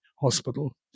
Hospital